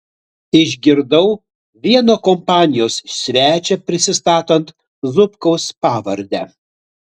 išgirdau vieną kompanijos svečią prisistatant zubkaus pavarde